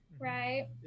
Right